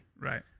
Right